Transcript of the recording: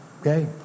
okay